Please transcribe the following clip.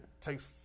takes